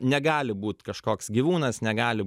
negali būt kažkoks gyvūnas negali